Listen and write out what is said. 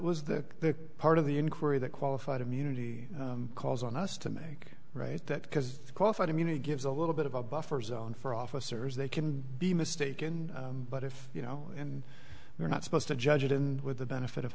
was the part of the inquiry that qualified immunity calls on us to make right that has qualified immunity gives a little bit of a buffer zone for officers they can be mistaken but if you know and you're not supposed to judge it and with the benefit of